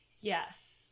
yes